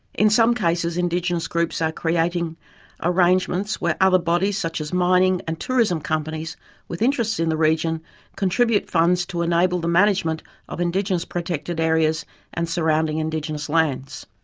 in some cases indigenous groups are creating arrangements where other bodies such mining and tourism companies with interests in the region contribute funds to enable the management of indigenous protected areas and surrounding indigenous lands.